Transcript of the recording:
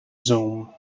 zoom